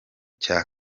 cya